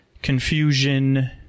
Confusion